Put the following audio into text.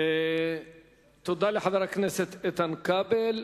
תודה לחבר הכנסת איתן כבל.